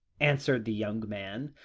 answered the young man,